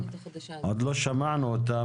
עוד לא שמענו אותם,